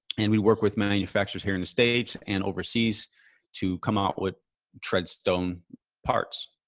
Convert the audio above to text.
and we work with manufacturers here in the states and overseas to come out with treadstone parts.